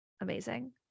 amazing